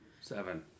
Seven